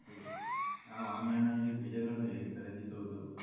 ನಾವು ಆನ್ಲೈನ್ ನಲ್ಲಿ ಬೀಜಗಳನ್ನು ಹೇಗೆ ಖರೀದಿಸುವುದು?